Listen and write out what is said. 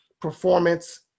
performance